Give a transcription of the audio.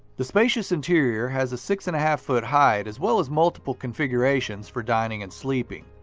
the spacious interior has a six and a half foot hide as well as multiple configurations for dining and sleeping.